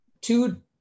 two